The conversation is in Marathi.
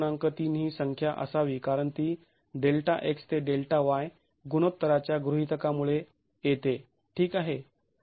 ३ ही संख्या असावी कारण ती Δx ते Δy गुणोत्तराच्या गृहीतका मुळे येते ठीक आहे